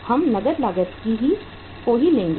हम नकद लागत ही लेंगे